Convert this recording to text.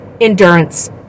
endurance